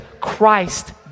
Christ